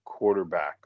quarterbacks